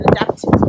adapted